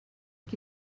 qui